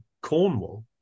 cornwall